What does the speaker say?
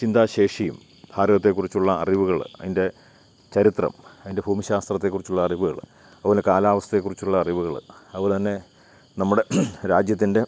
ചിന്താ ശേഷിയും ഭാരതത്തെക്കുറിച്ചുള്ള അറിവുകൾ അതിൻ്റെ ചരിത്രം അതിൻ്റെ ഭൂമി ശാസ്ത്രത്തെക്കുറിച്ചുള്ള അറിവുകൾ അതുപോലെ കാലാവസ്ഥയെക്കുറിച്ചുള്ള അറിവുകൾ അതുപോലെതന്നെ നമ്മുടെ രാജ്യത്തിൻ്റെ